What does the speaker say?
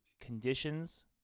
conditions